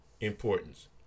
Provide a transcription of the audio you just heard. importance